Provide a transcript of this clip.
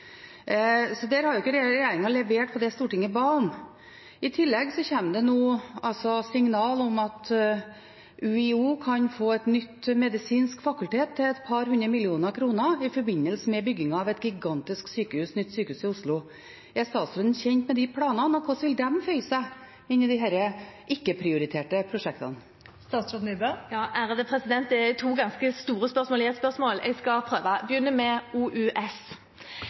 Så der har ikke regjeringen levert på det Stortinget ba om. I tillegg kommer det nå signal om at UiO kan få et nytt medisinsk fakultet til et par hundre millioner kroner i forbindelse med byggingen av et gigantisk nytt sykehus i Oslo. Er statsråden kjent med de planene, og hvordan vil de føye seg inn i disse ikke-prioriterte prosjektene? Det er to ganske store spørsmål i ett spørsmål. Jeg skal prøve, og begynner med OUS: